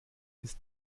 ist